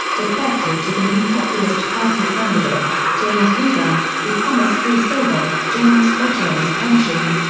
defected to the new populist party candidate, james weaver, who promised free silver, generous veterans' pensions,